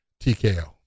TKO